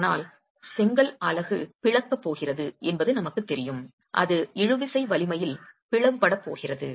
ஆனால் செங்கல் அலகு பிளக்கப் போகிறது என்பது நமக்குத் தெரியும் அது இழுவிசை வலிமையில் பிளவுபடப் போகிறது